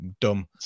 dumb